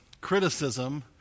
criticism